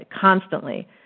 constantly